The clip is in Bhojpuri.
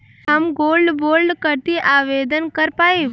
हम गोल्ड बोड करती आवेदन कर पाईब?